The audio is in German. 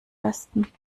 besten